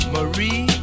Marie